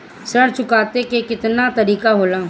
ऋण चुकाने के केतना तरीका होला?